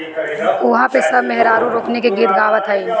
उहा पे सब मेहरारू रोपनी के गीत गावत हईन